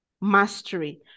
mastery